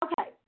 Okay